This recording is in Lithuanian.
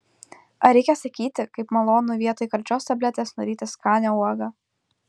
ar reikia sakyti kaip malonu vietoj karčios tabletės nuryti skanią uogą